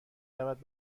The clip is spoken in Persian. رود